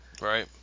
Right